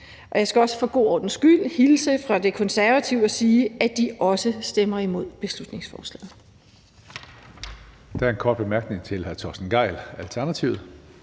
jeg skal for god ordens skyld også hilse fra De Konservative og sige, at de også stemmer imod beslutningsforslaget.